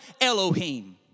Elohim